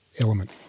element